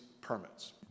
permits